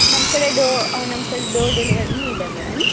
ನಮ್ಮ ಕಡೆ ಡೋ ನಮ್ಮ ಕಡೆ ಡೋರ್ ಡಿಲಿವರಿನೂ ಇದೆ ಮೇಡಮ್